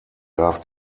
darf